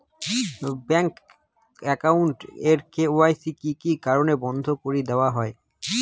Bank account এর KYC কি কি কারণে বন্ধ করি দেওয়া হয়?